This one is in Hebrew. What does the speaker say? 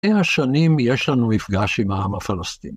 במאה שנים יש לנו מפגש עם העם הפלסטין.